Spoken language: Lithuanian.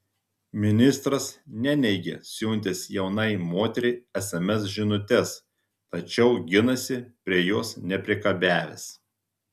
ministras neneigia siuntęs jaunai moteriai sms žinutes tačiau ginasi prie jos nepriekabiavęs